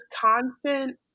constant